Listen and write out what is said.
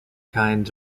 kinds